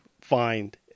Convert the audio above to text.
find